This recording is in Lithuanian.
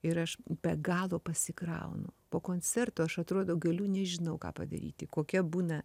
ir aš be galo pasikraunu po koncerto aš atrodau galiu nežinau ką padaryti kokia būna